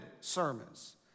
sermons